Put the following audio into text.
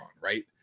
right